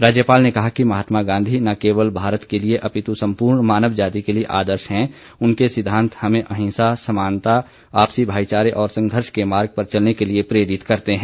राज्यपाल ने कहा कि महात्मा गॉधी न केवल भारत के लिए अपितु सम्पूर्ण मानव जाती के लिए आदर्श है उनके सिद्धांत हमें अहिंसा समानता आपसी भाईचारे और संघर्ष के मार्ग पर चलने के लिए प्रेरित करते है